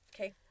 Okay